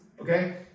Okay